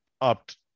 opt